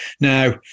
Now